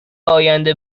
آینده